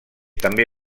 també